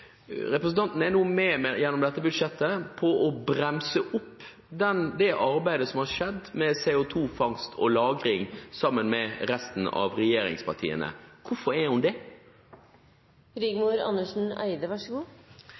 Representanten er gjennom dette budsjettet nå med på å bremse opp det arbeidet som har skjedd med CO2-fangst og -lagring, sammen med resten av regjeringspartiene. Hvorfor er hun det? Når det gjelder CO2-fangst, så